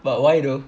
but why though